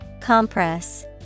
Compress